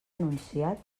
enunciat